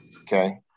Okay